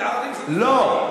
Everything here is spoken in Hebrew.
לערבים, לא.